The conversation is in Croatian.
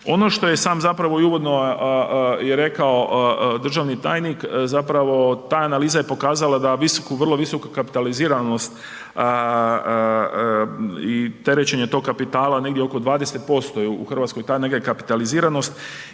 Ono što je sam zapravo i uvodno i rekao državni tajnik zapravo ta analiza je pokazala da visoku, vrlo visoku kapitaliziranost i terećenje tog kapitala negdje oko 20% je u RH ta neka kapitaliziranost